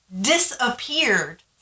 disappeared